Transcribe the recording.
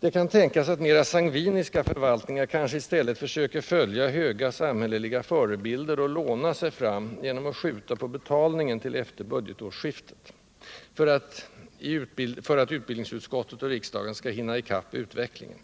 Det kan tänkas att mera sangviniska förvaltningar kanske i stället försöker följa höga samhälleliga förebilder och lånar sig fram genom att skjuta på betalningen till efter budgetårsskiftet för att utbildningsutskottet och riksdagen skall hinna i kapp utvecklingen.